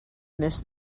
miss